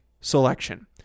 selection